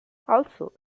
also